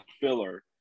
filler